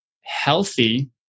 healthy